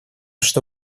что